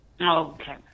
Okay